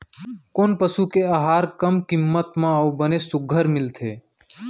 कोन पसु के आहार कम किम्मत म अऊ बने सुघ्घर मिलथे?